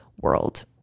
world